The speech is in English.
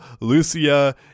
Lucia